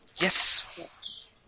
Yes